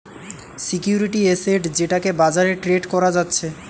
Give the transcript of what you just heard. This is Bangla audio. সিকিউরিটি এসেট যেটাকে বাজারে ট্রেড করা যাচ্ছে